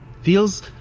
Feels